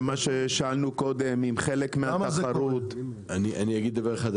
אני אגיד דבר אחד.